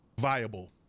viable